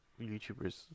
YouTubers